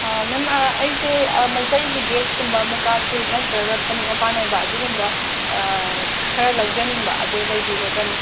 ꯃꯦꯝ ꯑꯩꯁꯦ ꯃꯩꯇꯩꯒꯤ ꯗ꯭ꯔꯦꯁꯀꯨꯝꯕ ꯃꯨꯀꯥꯁꯨꯠ ꯅꯠꯇ꯭ꯔꯒ ꯐꯅꯦꯛ ꯃꯄꯥꯟꯅꯥꯏꯕ ꯑꯗꯨꯒꯨꯝꯕ ꯈꯔ ꯂꯧꯖꯅꯤꯡꯕ ꯑꯗꯨ ꯂꯩꯕꯤꯒꯗ꯭ꯔꯥ ꯃꯦꯝ